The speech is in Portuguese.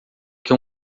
que